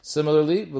Similarly